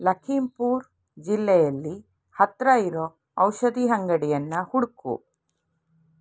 ಲಖೀಂಪೂರ್ ಜಿಲ್ಲೆಯಲ್ಲಿ ಹತ್ತಿರ ಇರೋ ಔಷಧಿ ಅಂಗಡಿಯನ್ನು ಹುಡುಕು